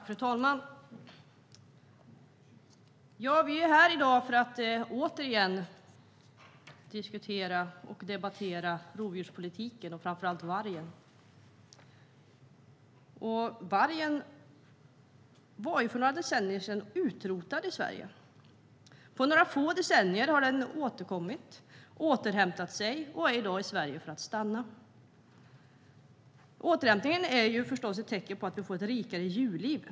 Fru talman! Vi är här i dag för att återigen diskutera och debattera rovdjurspolitiken, framför allt vargen. Vargen var för några decennier sedan utrotad i Sverige. På några få decennier har den återkommit, återhämtat sig och är i dag i Sverige för att stanna. Återhämtningen är förstås ett tecken på att vi får ett rikare djurliv.